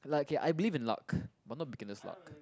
okay I believe in luck but not beginners luck